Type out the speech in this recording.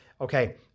okay